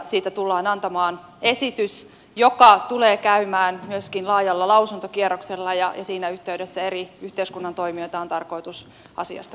siitä tullaan antamaan esitys joka tulee käymään myöskin laajalla lausuntokierroksella ja siinä yhteydessä eri yhteiskunnan toimijoita on tarkoitus asiasta